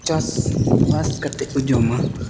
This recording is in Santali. ᱪᱟᱥᱵᱟᱥ ᱠᱟᱛᱮᱫ ᱠᱚ ᱡᱚᱢᱟ